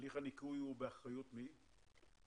באחריות מי תהליך הניקוי?